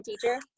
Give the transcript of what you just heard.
teacher